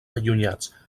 allunyats